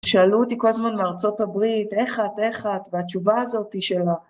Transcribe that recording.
שאלו אותי כל הזמן מארה״ב, איך את, איך את, והתשובה הזאת של ה...